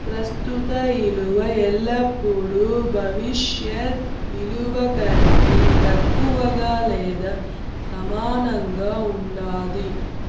ప్రస్తుత ఇలువ ఎల్లపుడూ భవిష్యత్ ఇలువ కంటే తక్కువగా లేదా సమానంగా ఉండాది